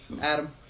Adam